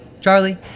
Charlie